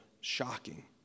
shocking